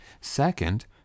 Second